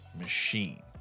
machine